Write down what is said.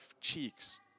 cheeks